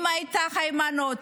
אם היימנוט